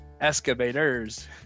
excavators